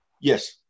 Yes